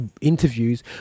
interviews